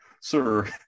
sir